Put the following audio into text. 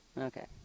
Okay